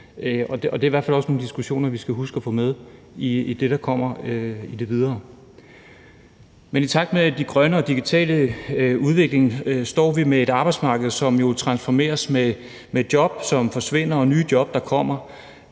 det er i hvert fald også nogle diskussioner, vi skal huske at få med i det, der kommer i det videre forløb. Men i takt med den grønne og digitale udvikling står vi med et arbejdsmarked, som jo transformeres med job, som forsvinder, og nye job, der kommer,